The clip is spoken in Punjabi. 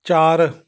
ਚਾਰ